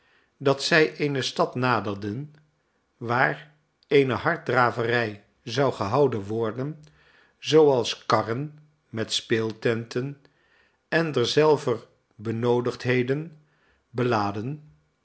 dat zij eene stad naderden waar eene harddraverij zou gehouden worden zooals karren met speeltenten en derzelver benoodigdheden beladen